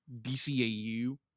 DCAU